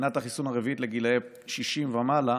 ומנת החיסון הרביעית לגילאי 60 ומעלה